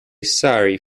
sorry